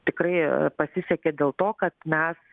tikrai pasisekė dėl to kad mes